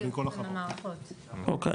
אוקי,